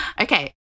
Okay